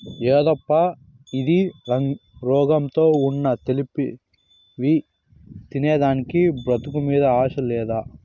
యేదప్పా ఇది, రోగంతో ఉన్న తెప్పిస్తివి తినేదానికి బతుకు మీద ఆశ లేదా